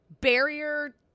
barrier